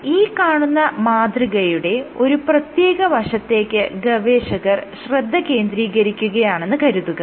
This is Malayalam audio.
ഇനി ഈ കാണുന്ന മാതൃകയുടെ ഒരു പ്രത്യേക വശത്തേക്ക് ഗവേഷകർ ശ്രദ്ധ കേന്ദ്രീകരിക്കുകയാണെന്ന് കരുതുക